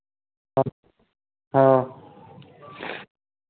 हाँ हाँ